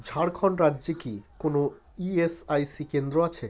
ঝাড়খন্ড রাজ্যে কি কোনো ইএসআইসি কেন্দ্র আছে